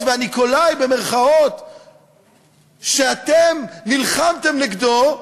"ניקולאי", שאתם נלחמתם נגדו,